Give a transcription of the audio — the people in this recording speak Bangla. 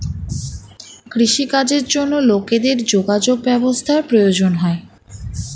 কৃষি কাজের জন্য লোকেদের যোগাযোগ ব্যবস্থার প্রয়োজন হয়